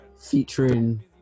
featuring